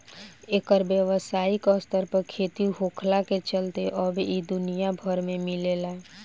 एकर व्यावसायिक स्तर पर खेती होखला के चलते अब इ दुनिया भर में मिलेला